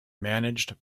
managed